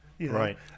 Right